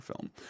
film